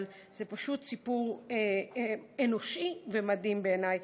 אבל זה פשוט סיפור אנושי ומדהים בעיני.